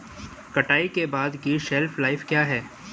कटाई के बाद की शेल्फ लाइफ क्या है?